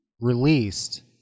released